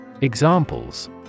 Examples